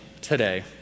today